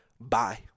Bye